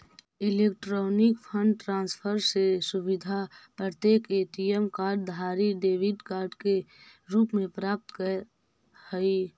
electronic fund transfer के सुविधा प्रत्येक ए.टी.एम कार्ड धारी डेबिट कार्ड के रूप में प्राप्त करऽ हइ